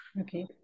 Okay